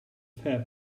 fair